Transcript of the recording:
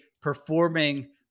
performing